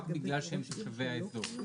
רק בגלל שהם תשובי האזור,